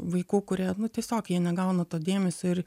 vaikų kurie nu tiesiog jie negauna to dėmesio ir